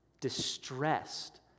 distressed